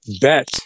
bet